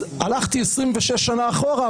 הלכתי 26 שנה אחורה,